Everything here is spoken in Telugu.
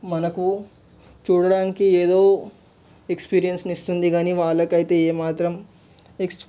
మనకు చూడడానికి ఏదో ఎక్స్పీరియన్స్ని ఇస్తుంది కాని వాళ్ళకైతే ఏమాత్రం ఇష్